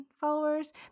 followers